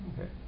Okay